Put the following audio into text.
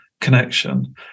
connection